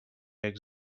eggs